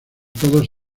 todos